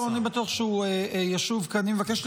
--- לא, אני בטוח שהוא ישוב, כי אני מבקש,